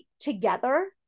together